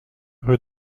rue